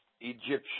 egyptian